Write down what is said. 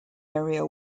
area